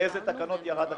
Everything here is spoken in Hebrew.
באילו תקנות ירד הכסף.